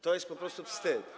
To jest po prostu wstyd.